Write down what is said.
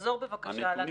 תחזור בבקשה על הנתון.